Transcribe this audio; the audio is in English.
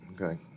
Okay